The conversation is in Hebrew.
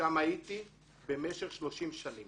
שם הייתי במשך 30 שנים